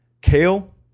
Kale